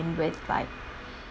with like